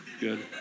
good